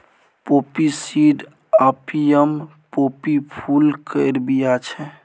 poppy seed opium poppy फुल केर बीया छै